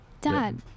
Dad